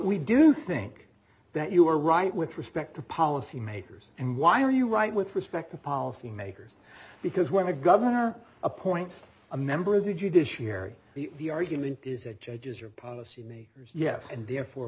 do think that you are right with respect to policy makers and why are you right with respect to policy makers because when a governor appoints a member of the judiciary the argument is that judges are policy makers yes and therefore